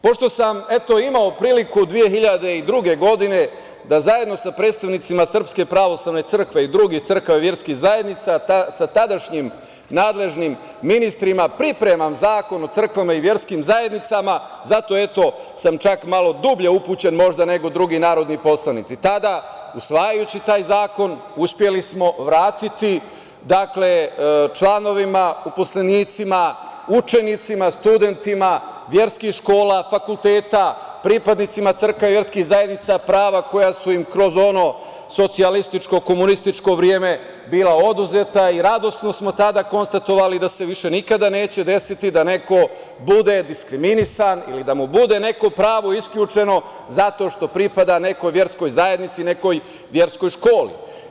Pošto sam imao priliku 2002. godine da, zajedno sa predstavnicima Srpske pravoslavne crkve i drugih crkava i verskih zajednica, sa tadašnjim nadležnim ministrima pripremam zakon o crkvama i verskim zajednicama, zato sam malo dublje upućen nego možda neki drugi narodni poslanici, tada, usvajajući taj zakon, uspeli smo vratiti članovima, uposlenicima, učenicima, studentima verskih škola, fakulteta, pripadnicima crkava i verskih zajednica, prava koja su im kroz ono socijalističko-komunističko vreme bila oduzeta i radosno smo tada konstatovali da se više nikada neće desiti da neko bude diskriminisan i da mu bude neko pravo isključeno zato što pripada nekoj verskoj zajednici, nekoj verskoj školi.